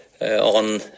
on